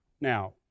Now